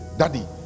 daddy